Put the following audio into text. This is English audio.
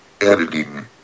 Editing